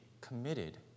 committed